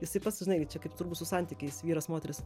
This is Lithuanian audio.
jisai pats žinai čia kaip turbūt su santykiais vyras moteris